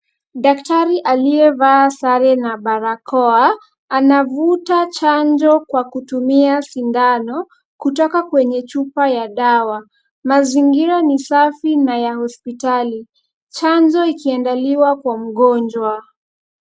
Daktari aliyevaa sare na barakoa, anavuta chanjo kwa kutumia sindano kutoka kwenye chupa ya dawa. Mazingira ni safi na ya hospitali. Chanjo ikiandaliwa kwa mgonjwa.